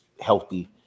healthy